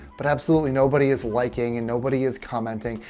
but absolutely nobody is liking and nobody is commenting,